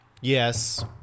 Yes